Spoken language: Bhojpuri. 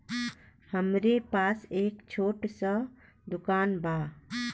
हमरे पास एक छोट स दुकान बा